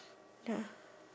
ya